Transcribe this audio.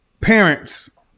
parents